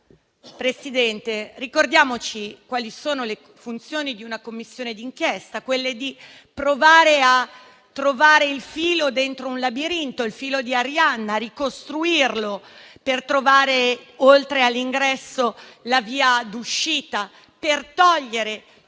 Presidente, ricordiamoci quali sono le funzioni di una Commissione d'inchiesta: provare a trovare il filo dentro un labirinto, il filo di Arianna, ricostruirlo per trovare, oltre all'ingresso, la via d'uscita, per togliere